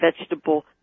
vegetable